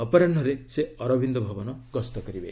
ଅପରାହ୍ନରେ ସେ ଶ୍ରୀଅରବିନ୍ଦ ଭବନ ଗସ୍ତ କରିବେ